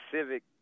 civic